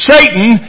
Satan